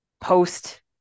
post